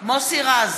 מוסי רז,